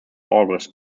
august